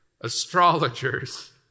astrologers